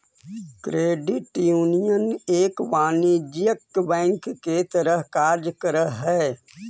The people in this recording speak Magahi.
क्रेडिट यूनियन एक वाणिज्यिक बैंक के तरह कार्य करऽ हइ